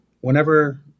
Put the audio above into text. Whenever